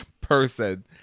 person